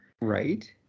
Right